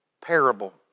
parable